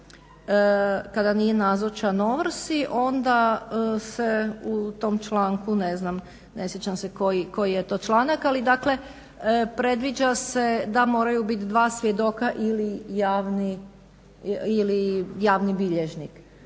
kada nije nazočan ovrsi onda se u tom članku ne sjećam se koji je to članak, ali predviđa se da moraju biti dva svjedoka ili javni bilježnik.